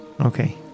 Okay